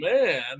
man